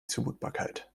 zumutbarkeit